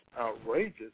outrageous